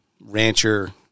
rancher